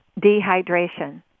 Dehydration